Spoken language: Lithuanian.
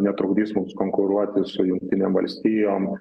netrukdys mums konkuruoti su jungtinėm valstijom